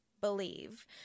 believe